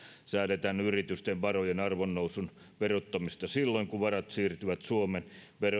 säädetään yritysten varojen arvonnousun verottamisesta silloin kun varat siirtyvät suomen